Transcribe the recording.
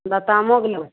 लतामोके लेबै